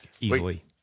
easily